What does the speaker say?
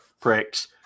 pricks